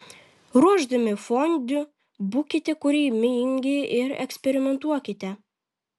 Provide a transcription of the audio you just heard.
ruošdami fondiu būkite kūrybingi ir eksperimentuokite